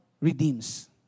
redeems